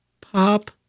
pop